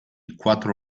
quattro